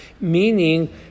meaning